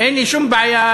אין לי שום בעיה,